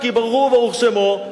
כי ברוך הוא וברוך שמו,